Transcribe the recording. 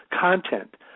content